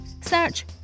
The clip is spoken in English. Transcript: Search